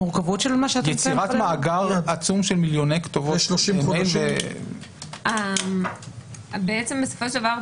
יצירת מאגר עצום של מיליוני כתובות מייל --- בסופו של דבר,